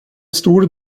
stor